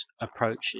approaches